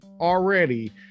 already